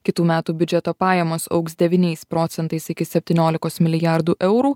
kitų metų biudžeto pajamos augs devyniais procentais iki septyniolikos milijardų eurų